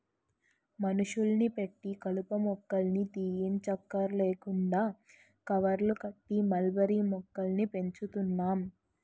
మనుషుల్ని పెట్టి కలుపు మొక్కల్ని తీయంచక్కర్లేకుండా కవర్లు కట్టి మల్బరీ మొక్కల్ని పెంచుతున్నాం